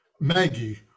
Maggie